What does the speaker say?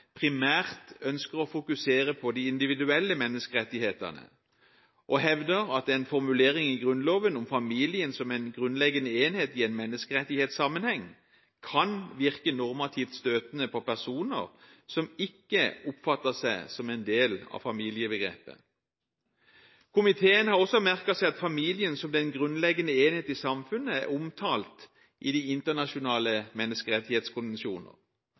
primært ønsker å fokusere på de individuelle menneskerettighetene, og hevder at en formulering i Grunnloven om familien som en grunnleggende enhet i en menneskerettighetssammenheng kan virke normativt støtende på personer som ikke oppfatter seg som en del av familiebegrepet. Komiteen har også merket seg at familien som den grunnleggende enhet i samfunnet er omtalt i de internasjonale menneskerettighetskonvensjoner.